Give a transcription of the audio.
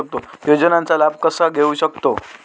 योजनांचा लाभ कसा घेऊ शकतू?